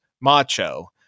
macho